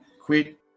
quit